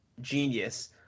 genius